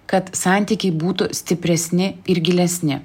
kad santykiai būtų stipresni ir gilesni